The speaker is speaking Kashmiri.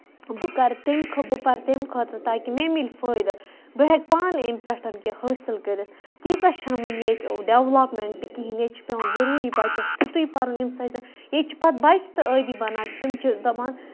بہٕ کرٕ تَمہِ خٲطرٕ بہٕ پَرٕ تَمہِ خٲطرٕ تاکہِ مےٚ مِلہِ فٲیدٕ بہٕ ہٮ۪کہٕ پانہٕ اَمہِ پٮ۪ٹھ کیٚنہہ حٲصِل کٔرِتھ تیٖژاہ چھنہٕ ؤنہِ ییٚتہِ ڈیولیپمینٹ کِہیٖنۍ ییٚتہِ چھُ پیوان ضروٗری بَچَس تِتُے پَرُن ییٚمہِ سۭتۍ ییٚتہِ چھ پَتہٕ بَچہِ تہِ عٲدی بَنان تِم چھِ دَپان